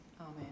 Amen